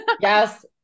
Yes